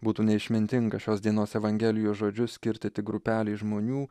būtų neišmintinga šios dienos evangelijos žodžius skirti tik grupelei žmonių